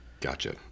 Gotcha